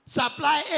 supply